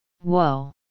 whoa